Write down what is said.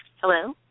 Hello